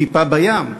טיפה בים.